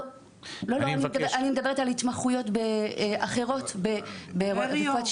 אני רוצה להגיד בהקשר למה